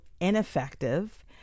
ineffective